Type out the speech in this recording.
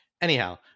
Anyhow